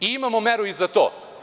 Imamo meru i za to.